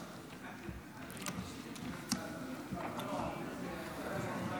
האמת היא שזה לא היה